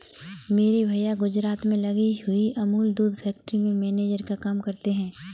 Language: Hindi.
मेरे भैया गुजरात में लगी हुई अमूल दूध फैक्ट्री में मैनेजर का काम करते हैं